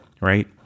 Right